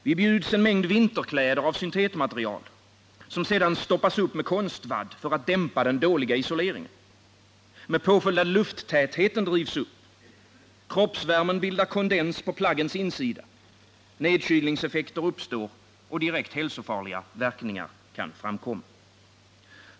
Vi bjuds en mängd vinterkläder av syntetmaterial, som stoppats upp med konstvadd för att dämpa den dåliga isoleringen — med påföljd att lufttätheten drivs upp, kroppsvärmen bildar kondens på plaggens insida, nedkylningseffekter uppstår och direkt hälsofarliga verkningar kan framkomma.